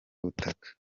butaka